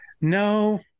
no